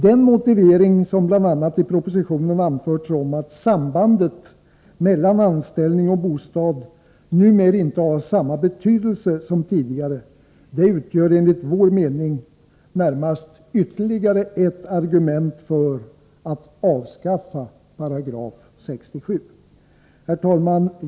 Den motivering som bl.a. i propositionen anförts om att sambandet mellan anställning och bostad numera inte har samma betydelse som tidigare utgör enligt vår mening närmast ytterligare ett argument för att avskaffa 67 §. Herr talman!